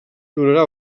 donarà